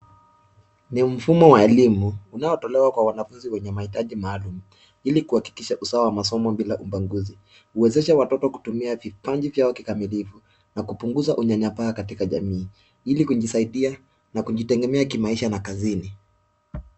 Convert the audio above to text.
Ni mfumo wa elimu unaotolewa kwa wanafunzi wenye mahitaji maalum ili kuhakikisha usawa wa masomo bila ubaguzi. Huwezesha watoto kutumia vipaji vyao kikamilifu na kupunguza unyanyapaa katika jamii ili kujisaidia na kujitegemea kimaisha na kazini.